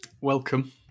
welcome